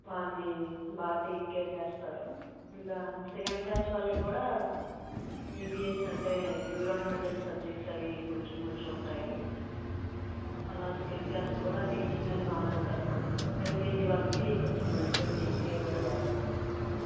వాళ్ళని బాగా take care చేస్తారు ఇంకా సెకండ్ క్లాస్ వాళ్ళకి కూడా ఈవీఎస్ అంటే ఎన్విరాన్మెంటల్ సబ్జేక్ట్స్ అవి కొంచెం కొంచెం ఉంటాయి అలా సెకండ్ క్లాస్కి కూడా టీచింగ్ అది బాగానే ఉంటుంది మ్యామ్ ఎల్కేజీ వాళ్ళకి కొంచెం మంచిగా టేక్ కేర్ కూడా చేస్తారు